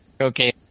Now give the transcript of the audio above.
Okay